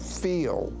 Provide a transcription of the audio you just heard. feel